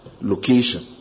location